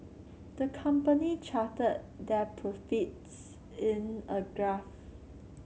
the company charted their profits in a graph